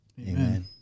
Amen